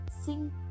Sing